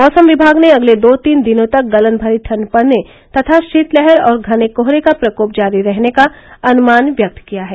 मौसम विमाग ने अगले दो तीन दिनों तक गलन भरी ठंड पड़ने तथा शीतलहर और घर्ने कोहरे का प्रकोप जारी रहने का अनुमान व्यक्त किया है